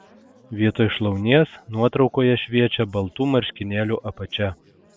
vietoj šlaunies nuotraukoje šviečia baltų marškinėlių apačia